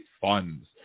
funds